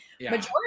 majority